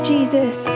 Jesus